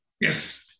Yes